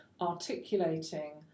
articulating